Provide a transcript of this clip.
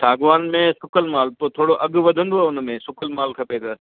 साॻवान में सुकलु मालु पोइ अघु थोरो वधंदो उन में सुकलु मालु खपे त